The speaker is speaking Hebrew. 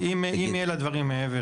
בסדר, טוב, אם יהיו לה דברים מעבר.